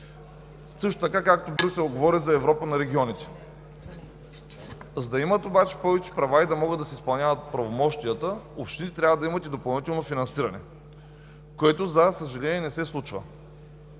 също така, както Брюксел говори за Европа на регионите. За да имат обаче повече права и да могат да си изпълняват правомощията, общините трябва да имат и допълнително финансиране, което, за съжаление, не се случва.